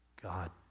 God